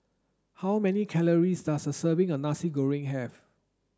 how many calories does a serving of Nasi Goreng have